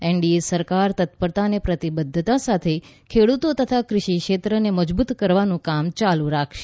NDA સરકાર તત્પરતા અને પ્રતિબધ્ધતા સાથે ખેડતો તથા કૃષિ ક્ષેત્રને મજબુત કરવાનું કામ ચાલુ રાખશે